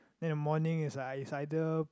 then the morning is I is either